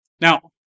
Now